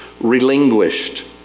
relinquished